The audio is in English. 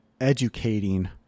educating